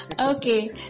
okay